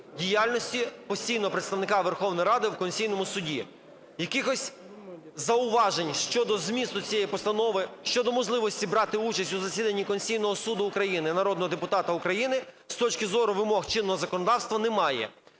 діяльності постійного Представника Верховної Ради в Конституційному Суді. Якихось зауважень щодо змісту цієї постанови… щодо можливості брати участь у засіданні Конституційного Суду України народного депутата України з точки зору вимог чинного законодавства немає.